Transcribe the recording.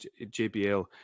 JBL